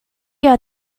your